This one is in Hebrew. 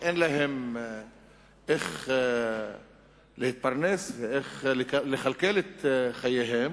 ואין להם איך להתפרנס ואיך לכלכל את חייהם,